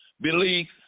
beliefs